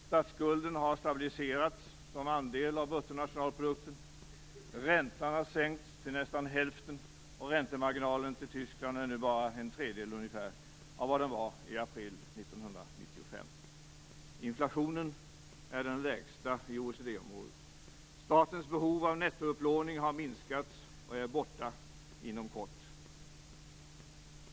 Statsskulden har stabiliserats som andel av bruttonationalprodukten. Räntan har sänkts till nästan hälften och räntemarginalen till Tyskland är nu bara ungefär en tredjedel av vad den var i april 1995. Inflationen är den lägsta i OECD-området. Statens behov av nettoupplåning har minskat och är borta inom kort.